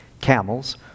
Camels